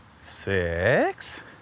six